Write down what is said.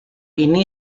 ini